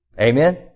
Amen